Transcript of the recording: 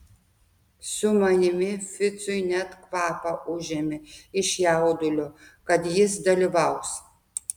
su manimi ficui net kvapą užėmė iš jaudulio kad jis dalyvaus